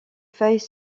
feuilles